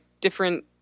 different